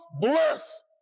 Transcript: bless